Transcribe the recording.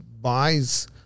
buys